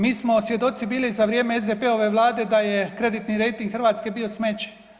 Mi smo svjedoci bili za vrijeme SDP-ove Vlade da je kreditni rejting Hrvatske bio smeće.